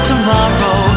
Tomorrow